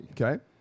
Okay